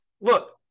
Look